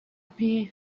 hme